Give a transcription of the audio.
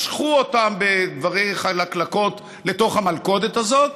משכו אותם בדברי חלקלקות לתוך המלכודת הזאת,